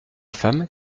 femme